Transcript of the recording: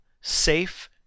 safe